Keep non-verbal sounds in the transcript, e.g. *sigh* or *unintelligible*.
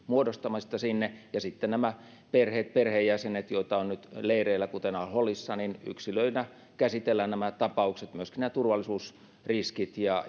*unintelligible* muodostamista sinne ja sitten nämä perheet perheenjäsenet nämä tapaukset joita on nyt leireillä kuten al holissa käsitellään yksilöinä myöskin turvallisuusriskit ja *unintelligible*